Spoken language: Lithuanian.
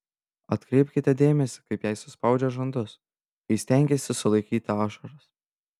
atkreipkite dėmesį kaip jei suspaudžia žandus kai stengiasi sulaikyti ašaras